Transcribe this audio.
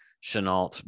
Chenault